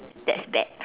that's bad